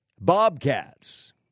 bobcats